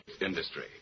industry